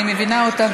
אני מבינה אותך,